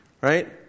right